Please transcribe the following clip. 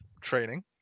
training